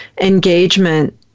engagement